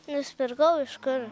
nusipirkau iš kur